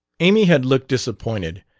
amy had looked disappointed,